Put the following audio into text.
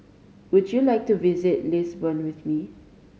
would you like to visit Lisbon with me